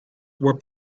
were